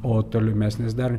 o tolimesnis dar